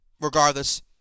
regardless